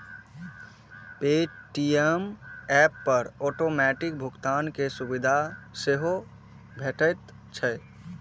Paytm app पर automatic भुगतान के सुविधा सेहो भेटैत छैक